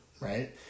Right